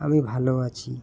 আমি ভালো আছি